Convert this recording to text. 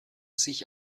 sich